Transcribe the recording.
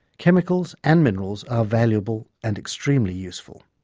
chemicals and minerals are valuable and extremely useful.